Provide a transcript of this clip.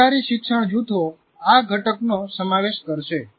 સહકારી શિક્ષણ જૂથો આ ઘટકનો સમાવેશ કરશે